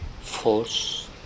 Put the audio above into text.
force